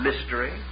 mystery